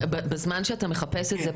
בזמן שאתה מחפש את זה,